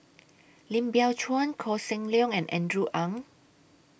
Lim Biow Chuan Koh Seng Leong and Andrew Ang